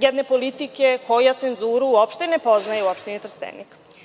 jedne politike koja cenzuru uopšte ne poznaje u opštini Trstenik. Dakle,